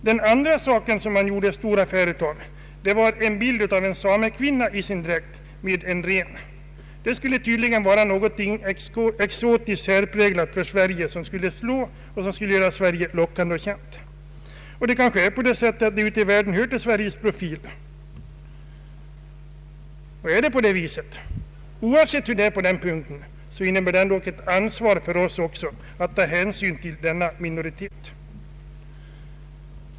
Den andra saken man gjorde stor affär av var en bild av en samekvinna i sin dräkt med en ren. Det skulle tydligen vara någonting exotiskt särpräglat för Sverige som skulle slå och som skulle göra Sverige lockande och känt. Kanske är det på det sättet att samerna hör till Sveriges profil ute i världen. Men oavsett hur det är på den punkten har vi att ta hänsyn till denna minoritet.